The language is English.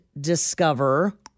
discover